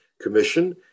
Commission